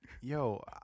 yo